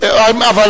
באין תשובה.